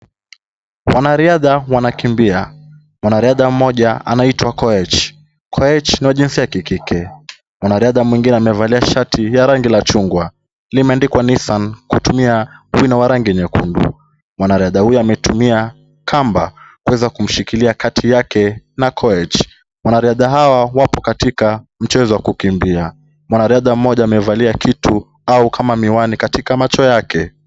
Wanariadha wanakimbia. Mwanariadha mmoja anaitwa Koech. Koech ni wa jinsia ya kikike. Mwanariadha mwingine amevalia shati ya rangi la chungwa, limeandikwa Nissan kutumia wino wa rangi nyekundu. Mwanariadha huyo ametumia kamba kuweza kumshikilia kati yake na Koech. Wanariadha hawa wako katika mchezo wa kukimbia. Mwanariadha mmoja amevalia kitu au kama miwani katika macho yake.